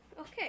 Okay